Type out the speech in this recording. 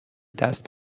دست